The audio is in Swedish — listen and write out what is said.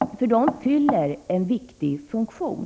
De fyller nämligen en viktig funktion.